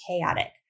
chaotic